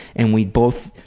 and we'd both